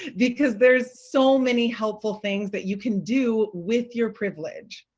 because there is so many helpful things that you can do with your privilege.